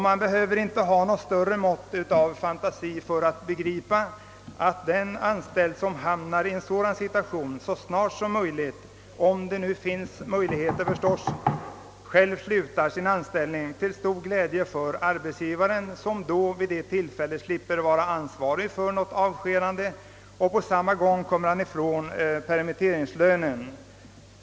Man behöver inte ha något större mått av fantasi för att begripa, att den som hamnar i en sådan situation så snart som möjligt — om det nu finns möjligheter förstås — själv slutar sin anställning till stor glädje för arbetsgivaren, som då slipper vara ansvarig för något avskedande och samtidigt kommer ifrån permitteringslönen.